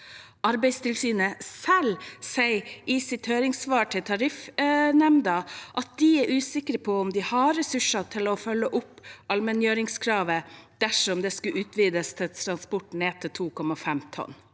Arbeidstilsynet selv sier i sitt høringssvar til tariffnemnda at de er usikre på om de har ressurser til å følge opp allmenngjøringskravet dersom det skulle utvides til transport ned til 2,5 tonn.